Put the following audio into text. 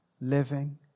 living